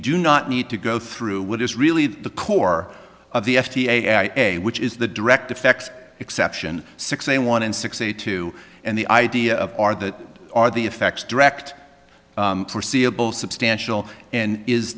do not need to go through what is really the core of the f d a which is the direct effects exception six a one in sixty two and the idea of are that are the effects direct foreseeable substantial and is